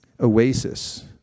oasis